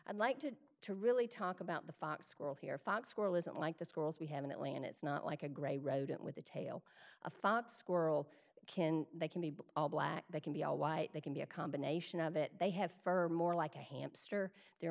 i'd like to to really talk about the fox school here fox school isn't like the schools we have in atlanta it's not like a grey rodent with a tail a fox squirrel can they can be all black they can be all white they be a combination of it they have fur more like a hampster they're